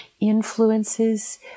influences